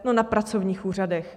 No na pracovních úřadech!